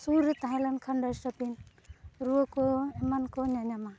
ᱥᱩᱨᱼᱨᱮ ᱛᱟᱦᱮᱸ ᱞᱮᱱᱠᱷᱟᱱ ᱫᱚ ᱰᱟᱥᱴᱵᱤᱱ ᱨᱩᱣᱟᱹᱠᱚ ᱮᱢᱟᱱᱠᱚ ᱧᱟᱧᱟᱢᱟ